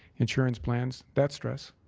insurance plans. that's stress.